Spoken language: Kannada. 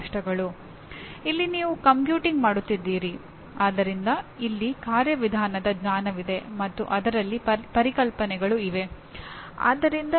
ನಂತರ ಯೋಜನೆಯನ್ನು ದಾಖಲಿಸುವ ಮತ್ತು ಪರಿಣಾಮಕಾರಿಯಾಗಿ ಸಂವಹನ ಮಾಡುವ ಸಾಮರ್ಥ್ಯ ಬರುತ್ತದೆ